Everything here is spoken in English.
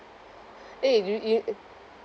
eh do you you